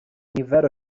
nifer